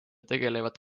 tegelevad